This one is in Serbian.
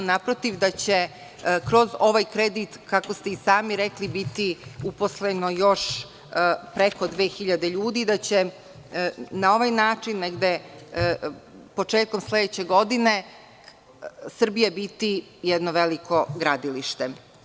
Naprotiv, da će kroz ovaj kredit, kako ste i sami rekli, biti uposleno još preko dve hiljade ljudi i da će na ovaj način negde početkom sledeće godine Srbija biti jedno veliko gradilište.